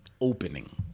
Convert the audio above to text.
opening